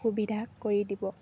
সুবিধা কৰি দিব